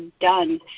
done